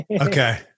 Okay